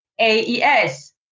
AES